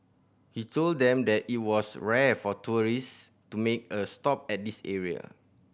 he told them that it was rare for tourist to make a stop at this area